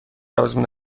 آزمون